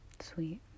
Sweet